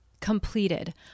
completed